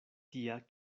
tia